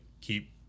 keep